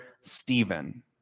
Stephen